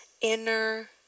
inner